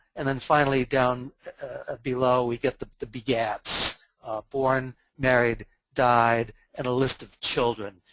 and then finally down below we get the the begats born, married, died and a list of children.